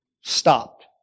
stopped